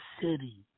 city